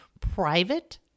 private